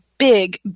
Big